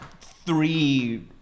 three